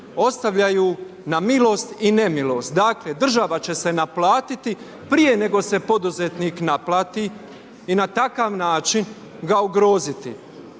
ostavljaju na milost i nemilost. Dakle, država će se naplatiti, prije nego se poduzetnik naplati i na takav način ga ugroziti.